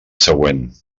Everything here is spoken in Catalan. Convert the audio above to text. següent